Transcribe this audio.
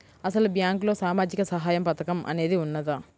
అసలు బ్యాంక్లో సామాజిక సహాయం పథకం అనేది వున్నదా?